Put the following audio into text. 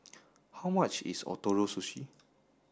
how much is Ootoro Sushi